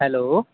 hello